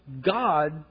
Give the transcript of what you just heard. God